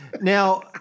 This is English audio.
Now